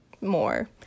more